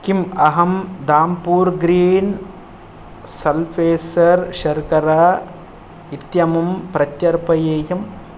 किम् अहं दाम्पूर् ग्रीन् सल्फ़ेसर् शर्करा इत्यमुं प्रत्यर्पयेयम्